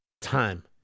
time